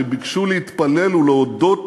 שביקשו להתפלל ולהודות